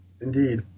Indeed